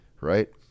right